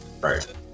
Right